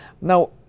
Now